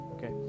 Okay